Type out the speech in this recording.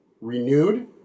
renewed